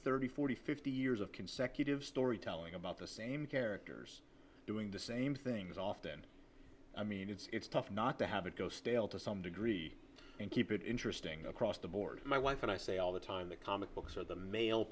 thirty forty fifty years of consecutive storytelling about the same characters doing the same things often i mean it's tough not to have it go stale to some degree and keep it interesting across the board my wife and i say all the time the comic books are the male